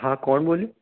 હા કોણ બોલે